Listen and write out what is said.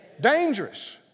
Dangerous